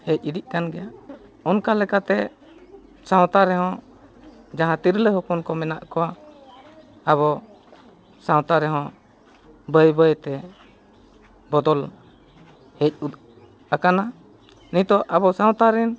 ᱦᱮᱡ ᱤᱫᱤᱜ ᱠᱟᱱ ᱜᱮᱭᱟ ᱚᱱᱠᱟ ᱞᱮᱠᱟᱛᱮ ᱥᱟᱶᱛᱟ ᱨᱮᱦᱚᱸ ᱡᱟᱦᱟᱸ ᱛᱤᱨᱞᱟᱹ ᱦᱚᱯᱚᱱ ᱠᱚ ᱢᱮᱱᱟᱜ ᱠᱚᱣᱟ ᱟᱵᱚ ᱥᱟᱶᱛᱟ ᱨᱮᱦᱚᱸ ᱵᱟᱹᱭ ᱵᱟᱹᱭ ᱛᱮ ᱵᱚᱫᱚᱞ ᱦᱮᱡ ᱟᱠᱟᱱᱟ ᱱᱤᱛᱚᱜ ᱟᱵᱚ ᱥᱟᱶᱛᱟ ᱨᱮᱱ